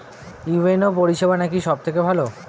UNO পরিসেবা নাকি সব থেকে ভালো?